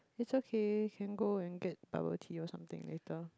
it is okay can go and get our tea or something later